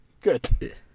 good